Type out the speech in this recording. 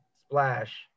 splash